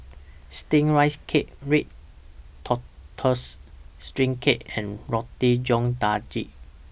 Steamed Rice Cake Red Tortoise Steamed Cake and Roti John Daging